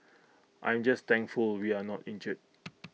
I am just thankful we are not injured